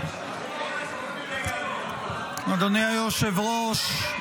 אדוני היושב-ראש,